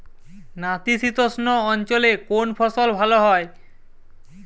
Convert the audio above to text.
নাতিশীতোষ্ণ অঞ্চলে কোন ফসল ভালো হয়?